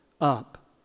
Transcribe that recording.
up